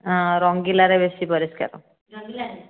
ରଙ୍ଗିଲା ରେ ବେଶୀ ପରିଷ୍କାର